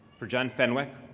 for john fenwick,